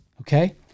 okay